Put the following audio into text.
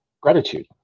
gratitude